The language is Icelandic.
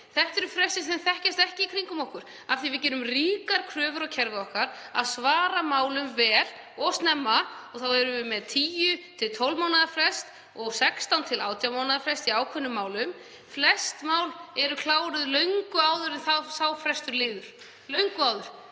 Það eru frestir sem þekkjast ekki í kringum okkur af því að við gerum ríkar kröfur á kerfið okkar um að svara málum vel og snemma. Við erum með 10–12 mánaða frest og 16–18 mánaða frest í ákveðnum málum. Flest mál eru kláruð löngu áður en sá frestur líður, löngu áður.